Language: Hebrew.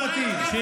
לו משהו,